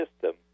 system